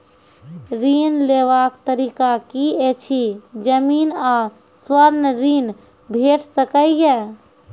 ऋण लेवाक तरीका की ऐछि? जमीन आ स्वर्ण ऋण भेट सकै ये?